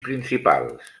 principals